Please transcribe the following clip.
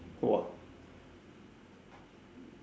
!wah!